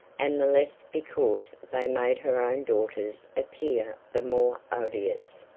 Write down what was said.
and the less because they made her own daughters appear the more odious.